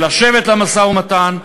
לשבת למשא-ומתן,